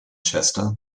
chester